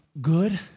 Good